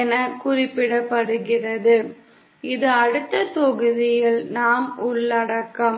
என குறிப்பிடப்படுகிறது இதை அடுத்த தொகுதியில் நாம் உள்ளடக்குவோம்